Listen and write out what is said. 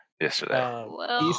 yesterday